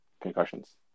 concussions